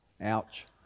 Ouch